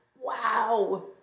Wow